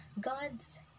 God's